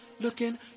Looking